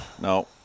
No